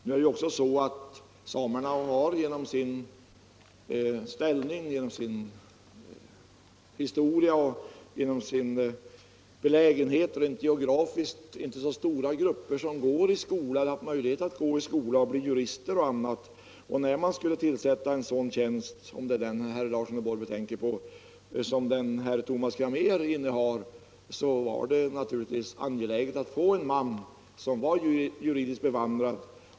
Nu har samerna på grund av sin ställning, sin historia och sin geografiska belägenhet inte så stora grupper som haft möjlighet att gå i skola och bli t.ex. jurister. När det gäller en sådan tjänst — om det är den som herr Larsson i Borrby tänker på - som den Tomas Cramér innehar var det naturligtvis angeläget att få en man som var juridiskt bevandrad.